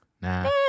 nah